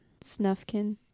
Snufkin